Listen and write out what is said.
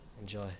Enjoy